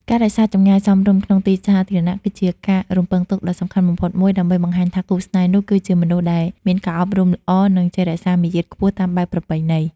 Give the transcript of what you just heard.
ការរក្សា "ចម្ងាយសមរម្យ" ក្នុងទីសាធារណៈ គឺជាការរំពឹងទុកដ៏សំខាន់បំផុតមួយ ដើម្បីបង្ហាញថាគូស្នេហ៍នោះគឺជាមនុស្សដែលមានការអប់រំល្អ និងចេះរក្សាមារយាទខ្ពស់តាមបែបប្រពៃណី។